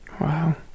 wow